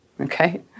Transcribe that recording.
okay